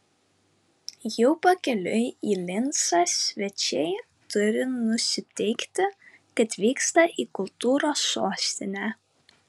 jau pakeliui į lincą svečiai turi nusiteikti kad vyksta į kultūros sostinę